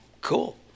Cool